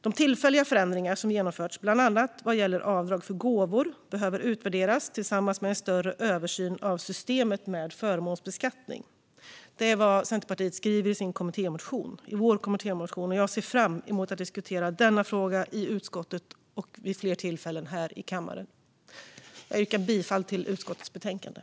De tillfälliga förändringar som genomförts, bland annat vad gäller avdrag för gåvor, behöver utvärderas tillsammans med att det görs en större översyn av systemet med förmånsbeskattning. Det är vad Centerpartiet skriver i vår kommittémotion, och jag ser fram emot att diskutera denna fråga i utskottet och vid fler tillfällen här i kammaren. Jag yrkar bifall till utskottets förslag i betänkandet.